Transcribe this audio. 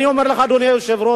אני אומר לך, אדוני היושב-ראש,